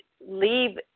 leave